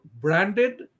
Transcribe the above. branded